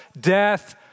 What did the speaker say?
death